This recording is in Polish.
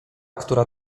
która